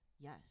Yes